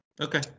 Okay